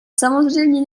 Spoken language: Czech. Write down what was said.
samozřejmě